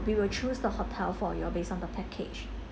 we will choose the hotel for y'all based on the package